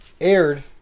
aired